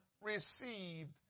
received